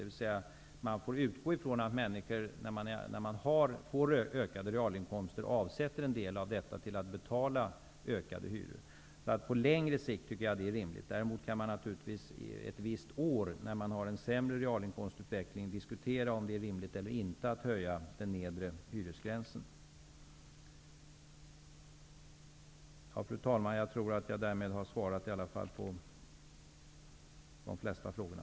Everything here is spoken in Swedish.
Man får alltså utgå från att när realinkomsterna ökar avsätter människor en del till att betala höjda hyror. Däremot kan man diskutera när utvecklingen av realinkomsterna är sämre ett visst år om det är rimligt eller inte att höja den nedre hyresgränsen. Fru talman! Jag tror att jag därmed har svarat på de flesta frågorna.